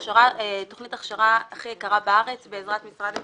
תוכנית ההכשרה הכי יקרה בארץ בעזרת משרד הכלכלה,